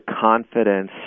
confidence